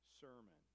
sermon